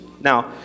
Now